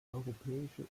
europäische